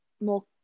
more